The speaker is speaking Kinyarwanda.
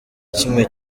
kimwe